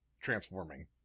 transforming